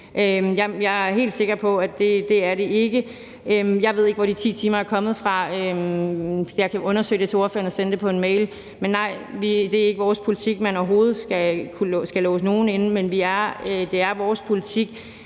Jeg er helt sikker på, at det ikke er tilfældet. Jeg ved ikke, hvor det med de 10 timer er kommet fra, men jeg kan undersøge det for ordføreren og sende svaret i en mail. Men nej, det er overhovedet ikke vores politik, at man skal kunne låse nogen inde, men det er vores politik,